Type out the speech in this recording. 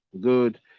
Good